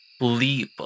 leap